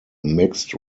mixed